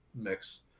mix